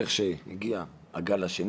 איך שהגיע הגל השני,